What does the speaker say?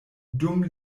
dum